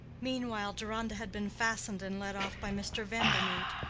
meanwhile deronda had been fastened and led off by mr. vandernoodt,